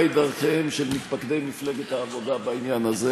דרכיהם של מתפקדי מפלגת העובדה בעניין הזה.